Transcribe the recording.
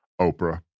Oprah